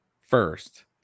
first